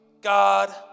God